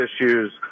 issues